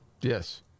Yes